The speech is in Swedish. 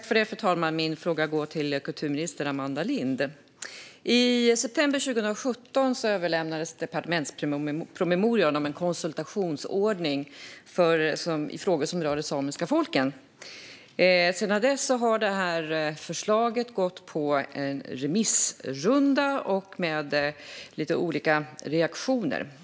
Fru talman! Min fråga går till kulturminister Amanda Lind. I september 2017 överlämnades departementspromemorian om en konsultationsordning för frågor som rör det samiska folket. Sedan dess har detta förslag gått på en remissrunda och fått lite olika reaktioner.